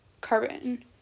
carbon